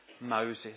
Moses